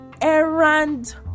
errand